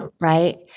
Right